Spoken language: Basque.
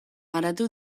garatu